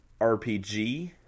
RPG